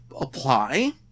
apply